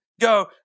go